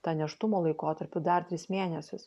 ta nėštumo laikotarpiu dar tris mėnesius